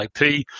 IP